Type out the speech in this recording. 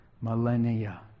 millennia